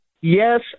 yes